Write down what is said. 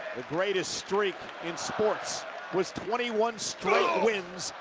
the greatest streak in sports was twenty one straight wins,